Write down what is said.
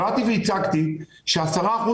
ואני באתי והצגתי ש-10%